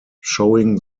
showing